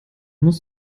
musst